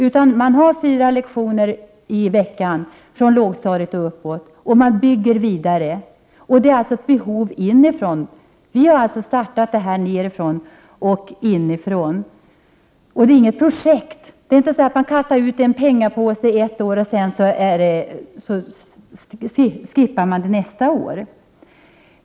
Det handlar om fyra lektioner i veckan, från lågstadiet och uppåt, som man bygger vidare på. Det är ett behov inifrån, och vi har alltså startat nerifrån och inifrån. Det är inget projekt. Det kastas inte ut en pengapåse ett år, för att hela idén sedan skall förkastas nästa år.